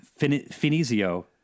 Finizio